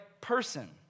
person